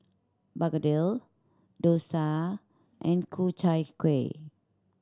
begedil dosa and Ku Chai Kuih